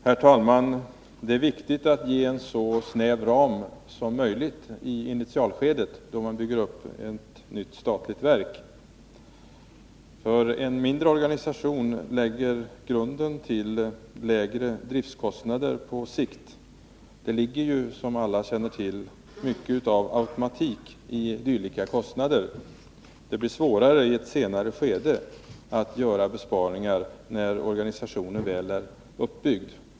Herr talman! Det är viktigt att ge så snäva ramar som möjligt i initialskedet då man bygger upp ett nytt statligt verk, för en mindre organisation lägger grunden för lägre driftkostnader på sikt. Det ligger ju, som alla känner till, mycket av automatik i dylika kostnader. Det blir svårare att göra besparingar i ett senare skede, när organisationen väl är uppbyggd.